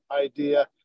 idea